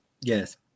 Yes